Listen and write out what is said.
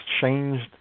changed